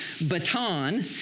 baton